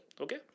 okay